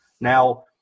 Now